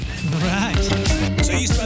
Right